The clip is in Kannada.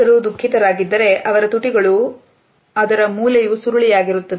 ಯಾರಾದರೂ ದುಃಖಿತರಾಗಿದ್ದಾರೆ ಅವರ ತುಟಿಗಳನ್ನು ಮೂಲೆಯೂ ಸುರುಳಿ ಯಾಗಿರುತ್ತದೆ